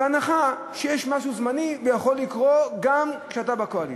בהנחה שיש משהו זמני והוא יכול לקרות גם כשאתה בקואליציה.